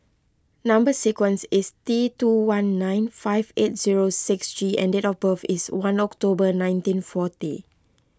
Number Sequence is T two one nine five eight zero six G and date of birth is one October nineteen forty